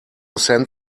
send